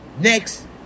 Next